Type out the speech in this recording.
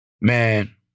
Man